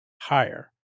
higher